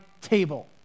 table